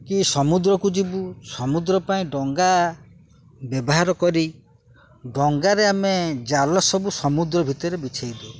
କି ସମୁଦ୍ରକୁ ଯିବୁ ସମୁଦ୍ର ପାଇଁ ଡଙ୍ଗା ବ୍ୟବହାର କରି ଡଙ୍ଗାରେ ଆମେ ଜାଲ ସବୁ ସମୁଦ୍ର ଭିତରେ ବିଛେଇ ଦଉ